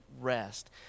rest